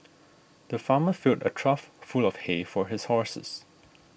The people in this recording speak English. the farmer filled a trough full of hay for his horses